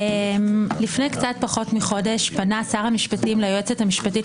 לפני קצת פחות מחודש פנה שר המשפטים ליועצת המשפטית